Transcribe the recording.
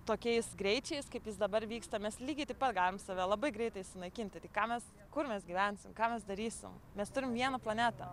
tokiais greičiais kaip jis dabar vyksta mes lygiai taip pat galim save labai greitai sunaikinti tai ką mes kur mes gyvensim ką mes darysim mes turim vieną planetą